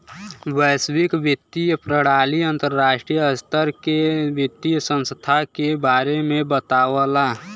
वैश्विक वित्तीय प्रणाली अंतर्राष्ट्रीय स्तर के वित्तीय संस्थान के बारे में बतावला